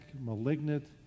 malignant